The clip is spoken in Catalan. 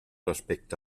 respecte